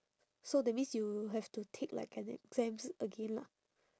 so that means you have to take like an exams again lah